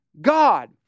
God